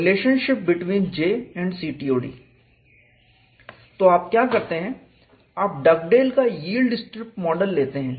relationship between J and CTOD तो आप क्या करते हैं आप डगडेल का यील्ड स्ट्रिप मॉडल लेते हैं